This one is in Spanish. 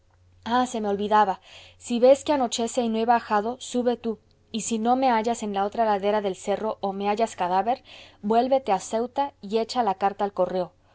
ah se me olvidaba si ves que anochece y no he bajado sube tú y si no me hallas en la otra ladera del cerro o me hallas cadáver vuélvete a ceuta y echa la carta al correo